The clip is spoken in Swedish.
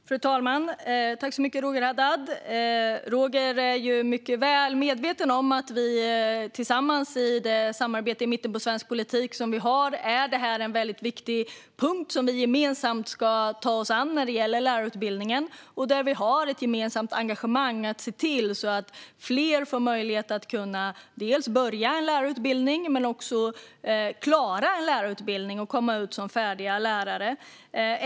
Fru talman! Roger Haddad är mycket väl medveten om att det här är en väldigt viktig punkt i det samarbete i mitten av svensk politik som vi har tillsammans. Vi ska gemensamt ta oss an lärarutbildningen. Vi har ett gemensamt engagemang för att se till att fler får möjlighet att börja en lärarutbildning men också klara en lärarutbildning och komma ut som färdiga lärare.